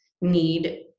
need